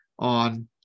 on